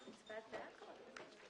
ההצעה התקבלה פה אחד.